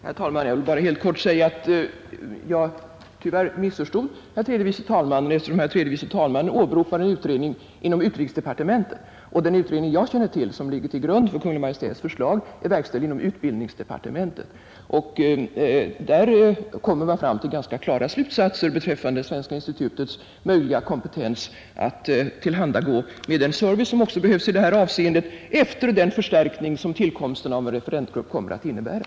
Herr talman! Jag vill bara helt kort säga att jag nog missförstod herr tredje vice talmannen, eftersom han åberopade en utredning inom utrikesdepartementet, medan den utredning, som jag känner till och som ligger till grund för Kungl. Maj:ts förslag, är verkställd inom utbildningsdepartementet. Där kommer man fram till ganska klara slutsatser beträffande Svenska institutets möjliga kompetens att tillhandagå med den service som också behövs i detta avseende efter den förstärkning, som tillkomsten av en referensgrupp kommer att innebära.